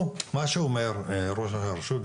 פה מה שאומר ראש הרשות,